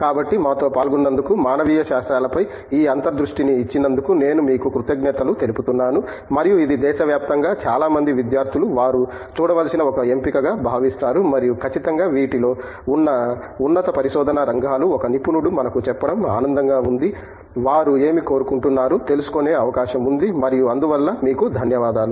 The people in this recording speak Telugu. కాబట్టి మాతో పాల్గొన్నందుకు మానవీయ శాస్త్రాలపై ఈ అంతర్దృష్టిని ఇచ్చినందుకు నేను మీకు కృతజ్ఞతలు తెలుపుతున్నాను మరియు ఇది దేశవ్యాప్తంగా చాలా మంది విద్యార్థులు వారు చూడవలసిన ఒక ఎంపికగా భావిస్తారు మరియు ఖచ్చితంగా వీటిలో ఉన్న ఉన్నత పరిశోధన రంగాలు ఒక నిపుణుడు మనకు చెప్పడం ఆనందంగా ఉంది వారు ఏమి కోరుకుంటున్నారు తెలుసుకునే అవకాశం ఉంది మరియు అందువల్ల మీకు ధన్యవాదాలు